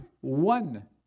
one